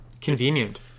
Convenient